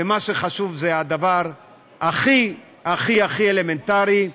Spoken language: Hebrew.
ומה שחשוב זה הדבר הכי הכי הכי אלמנטרי: